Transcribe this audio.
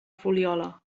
fuliola